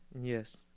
Yes